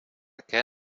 què